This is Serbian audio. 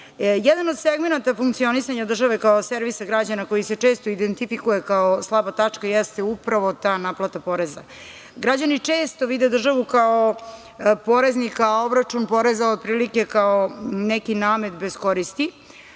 od segmenata funkcionisanja države kao servisa građana koji se često identifikuje kao slaba tačka jeste upravo ta naplata poreza. Građani često vide državu kao poreznika a obračun poreza otprilike kao neki namet bez koristi,